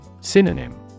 Synonym